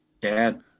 dad